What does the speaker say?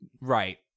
right